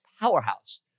powerhouse